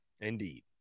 Indeed